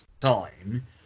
time